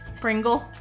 Pringle